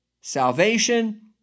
salvation